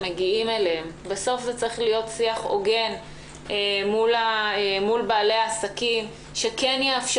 הממשלה בנוגע לסיוע לבעלי עסקים ודיון במתווה המענקים,